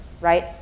right